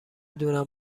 دونم